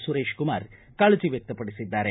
ಸುರೇಶ್ಕುಮಾರ್ ಕಾಳಜಿ ವ್ಯಕ್ತ ಪಡಿಸಿದ್ದಾರೆ